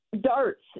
darts